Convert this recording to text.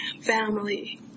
family